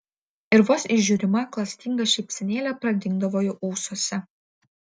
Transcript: ir vos įžiūrima klastinga šypsenėlė pradingdavo jo ūsuose